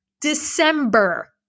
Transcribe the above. December